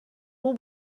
will